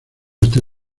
está